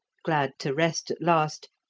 glad to rest at last,